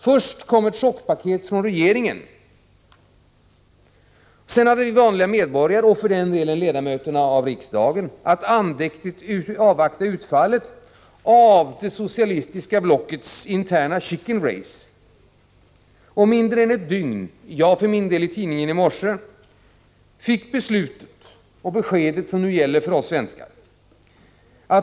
Först kom ett chockpaket från regeringen. Sedan hade vanliga medborgare och för den delen också ledamöter av Sveriges riksdag att andäktigt avvakta utfallet av det socialistiska blockets interna ”chickenrace”. Mindre än ett dygn före beslut fick vi — jag för min del i tidningen i morse — det besked som nu gäller för oss svenskar.